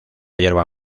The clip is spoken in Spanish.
yerba